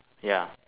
ya